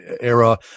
era